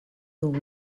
dugu